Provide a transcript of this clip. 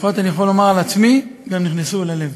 לפחות אני יכול לומר על עצמי, גם נכנסו אל הלב.